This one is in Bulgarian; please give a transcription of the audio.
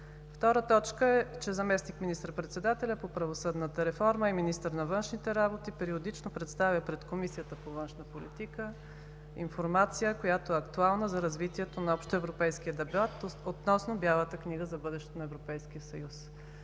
Втора точка е, че заместник министър-председателят по правосъдната реформа и министър на външните работи периодично представя пред Комисията по външна политика информация, която е актуална за развитието на общоевропейския дебат относно Бялата книга за бъдещето на Европейския съюз.